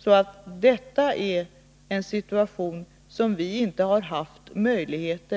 säga att detta är en situation som vi inte har haft möjlighet att påverka.